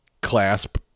clasp